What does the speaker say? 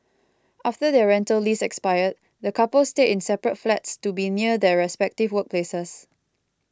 after their rental lease expired the coupled stayed in separate flats to be near their respective workplaces